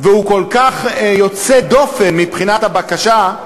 והוא כל כך יוצא דופן מבחינת הבקשה,